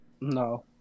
No